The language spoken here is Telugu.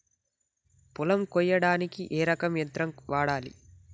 పొలం కొయ్యడానికి ఏ రకం యంత్రం వాడాలి?